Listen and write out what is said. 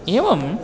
एवम्